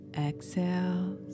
exhale